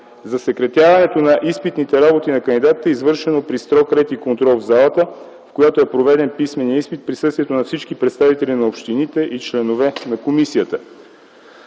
Засекретяването на изпитните работи на кандидатите е извършено при строг ред и контрол в залата, в която е проведен писмения изпит в присъствието на всички представители на общините и членове на комисията.